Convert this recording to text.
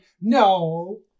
no